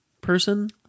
person